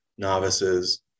Novices